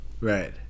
Right